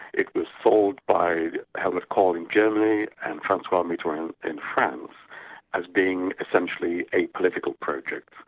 it was sold by helmut kohl in germany and francois mitterand in france as being essentially a political project.